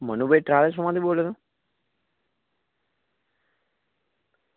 મનુભાઈ ટ્રાવેલ્સમાંથી બોલો છો